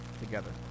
together